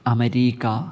America